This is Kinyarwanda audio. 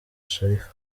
sharifa